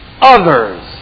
others